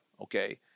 okay